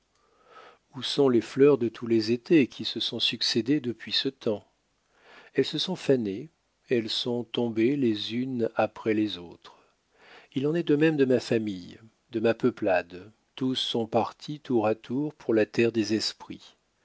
où sont les fleurs de tous les étés qui se sont succédé depuis ce temps elles se sont fanées elles sont tombées les unes après les autres il en est de même de ma famille de ma peuplade tous sont partis tour à tour pour la terre des esprits